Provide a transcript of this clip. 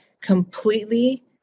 completely